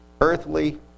earthly